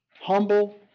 Humble